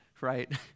right